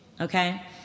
Okay